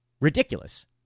ridiculous